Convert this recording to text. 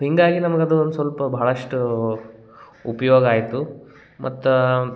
ಹೀಗಾಗಿ ನನ್ಗ ಅದು ಒಂದು ಸ್ವಲ್ಪ ಭಾಳಷ್ಟೂ ಉಪಯೋಗ ಆಯಿತು ಮತ್ತು